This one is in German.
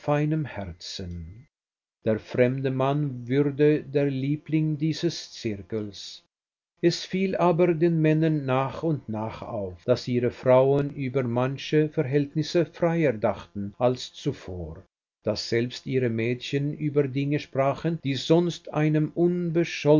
herzen der fremde mann würde der liebling dieses zirkels es fiel aber den männern nach und nach auf daß ihre frauen über manche verhältnisse freier dachten als zuvor daß selbst ihre mädchen über dinge sprachen die sonst einem